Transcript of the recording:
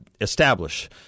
establish